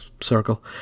circle